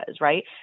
right